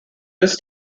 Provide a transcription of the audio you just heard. this